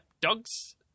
dogs